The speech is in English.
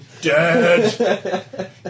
Dead